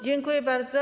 Dziękuję bardzo.